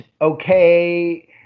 okay